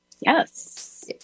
Yes